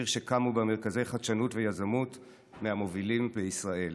עיר שקמו בה מרכזי חדשנות ויזמות מהמובילים בישראל.